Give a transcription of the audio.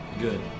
Good